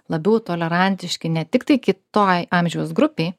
labiau tolerantiški ne tiktai kitoj amžiaus grupei